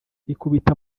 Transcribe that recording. ikubita